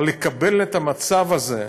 אבל לקבל את המצב הזה,